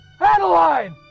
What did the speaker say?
Adeline